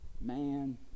man